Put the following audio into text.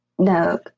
No